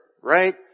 right